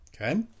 Okay